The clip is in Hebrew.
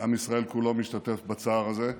עם ישראל כולו משתתף בצער הזה.